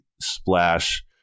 splash